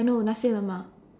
I know nasi lemak